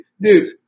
dude